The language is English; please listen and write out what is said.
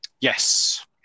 Yes